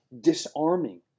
disarming